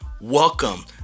Welcome